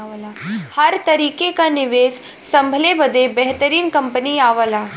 हर तरीके क निवेस संभले बदे बेहतरीन कंपनी आवला